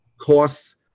costs